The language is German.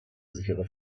sichere